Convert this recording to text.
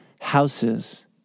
houses